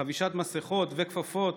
חבישת מסכות וכפפות,